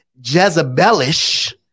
Jezebelish